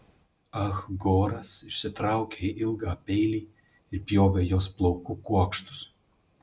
ah goras išsitraukė ilgą peilį ir pjovė jos plaukų kuokštus